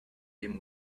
came